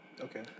Okay